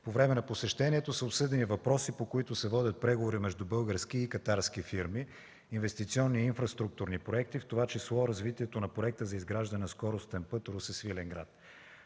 По време на посещението са обсъдени въпроси, по които се водят преговори между български и катарски фирми, инвестиционни инфраструктурни проекти, в това число развитието на Проекта за изграждане на скоростен път Русе-Свиленград.